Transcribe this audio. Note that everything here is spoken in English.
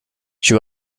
she